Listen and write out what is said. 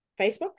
Facebook